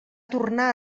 tornar